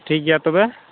ᱴᱷᱤᱠ ᱜᱮᱭᱟ ᱛᱚᱵᱮ